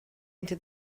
into